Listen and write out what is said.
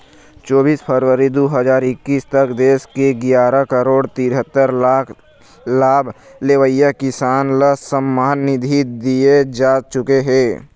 चोबीस फरवरी दू हजार एक्कीस तक देश के गियारा करोड़ तिहत्तर लाख लाभ लेवइया किसान ल सम्मान निधि दिए जा चुके हे